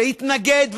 שהתנגד,